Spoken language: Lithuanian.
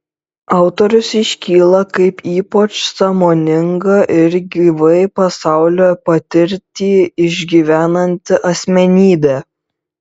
autorius iškyla kaip ypač sąmoninga ir gyvai pasaulio patirtį išgyvenanti asmenybė